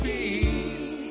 Peace